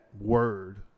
word